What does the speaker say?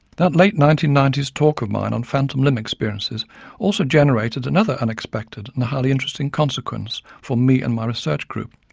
that late nineteen ninety s talk of mine on phantom limb experiences also generated another unexpected and highly interesting consequence for me and my research group.